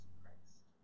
Christ